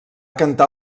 cantar